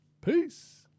Peace